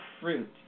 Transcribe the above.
fruit